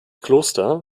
kloster